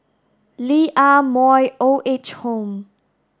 Lee Ah Mooi Old Age Home